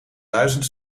duizend